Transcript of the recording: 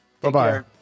Bye-bye